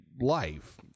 life